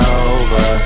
over